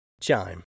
Chime